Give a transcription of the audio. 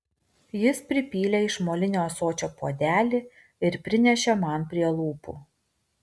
jis pripylė iš molinio ąsočio puodelį ir prinešė man prie lūpų